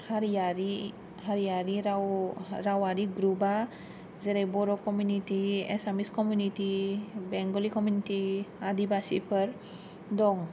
हारियारि हारियारि राव रावारि ग्रुबा जेरै बर' community Assamese community Bengali community Adivasi four दं